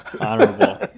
Honorable